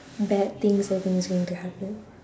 bad things I think is going to happen